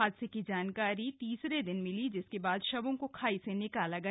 हादसे की जानकारी तीसरे दिन मिली जिसके बाद शवों को खाई से निकाला गया